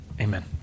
amen